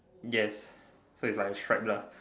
yes so it's like a stripe lah